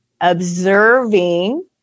Observing